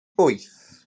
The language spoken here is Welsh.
wyth